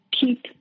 keep